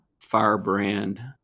firebrand